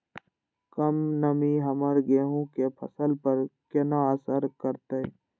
कम नमी हमर गेहूँ के फसल पर केना असर करतय?